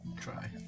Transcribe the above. Try